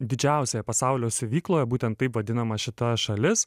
didžiausioje pasaulio siuvykloje būtent taip vadinama šita šalis